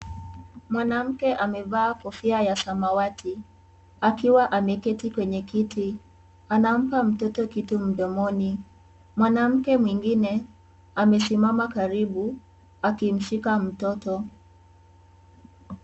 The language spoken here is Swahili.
Mwanamke amevaa kofia ya samawati. Akiwa ameketi kwenye kiti, anampa mtoto kitu mdomoni. Mwanamke mwingine, amesimama karibu, akimshika mtoto.